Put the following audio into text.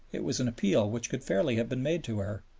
it was an appeal which could fairly have been made to her.